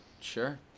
Sure